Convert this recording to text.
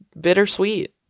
bittersweet